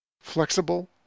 Flexible